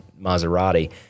Maserati